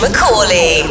McCauley